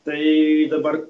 tai dabar